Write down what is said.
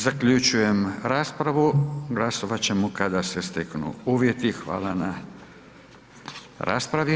Zaključujem raspravu, glasovat ćemo kada se steknu uvjeti, hvala na raspravi svima.